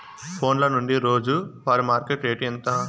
ఫోన్ల నుండి రోజు వారి మార్కెట్ రేటు ఎంత?